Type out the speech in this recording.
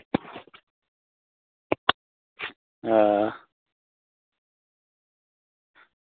आं